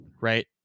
right